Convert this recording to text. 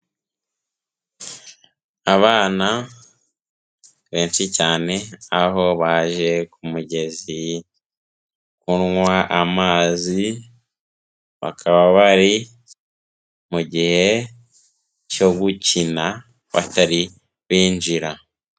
Abana benshi cyane aho baje ku mugezi kunywa amazi, bakaba bari mu gihe cyo gukina batari binjira.